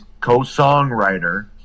co-songwriter